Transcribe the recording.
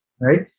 right